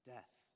Death